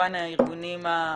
כמובן גם הארגונים האזרחיים.